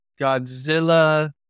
Godzilla